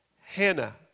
Hannah